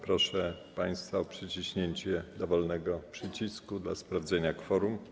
Proszę państwa o przyciśnięcie dowolnego przycisku w celu sprawdzenia kworum.